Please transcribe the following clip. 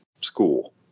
school